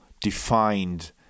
defined